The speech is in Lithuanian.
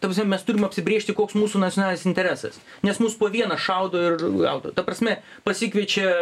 ta prasme mes turim apsibrėžti koks mūsų nacionalinis interesas nes mus po vieną šaudo ir gaudo ta prasme pasikviečia